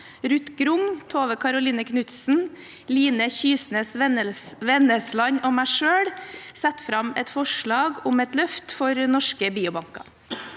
Ruth Grung, Tove Karoline Knutsen, Line Kysnes Vennesland og meg selv sette fram et forslag om et løft for norske biobanker.